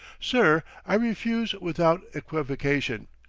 sir, i refuse without equivocation.